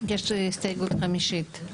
יש הסתייגות חמישית.